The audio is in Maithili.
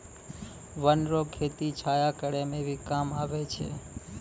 वन रो खेती छाया करै मे भी काम आबै छै